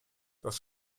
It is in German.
das